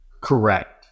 Correct